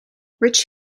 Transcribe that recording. rich